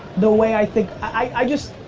the way i think, i just,